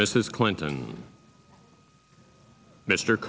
mrs clinton mr